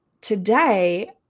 today